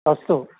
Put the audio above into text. अस्तु